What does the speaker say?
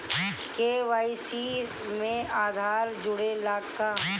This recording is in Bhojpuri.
के.वाइ.सी में आधार जुड़े ला का?